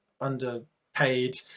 underpaid